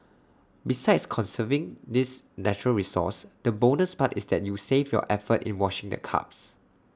besides conserving this natural resource the bonus part is that you save your effort in washing the cups